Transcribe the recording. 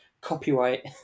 copyright